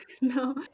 no